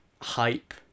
hype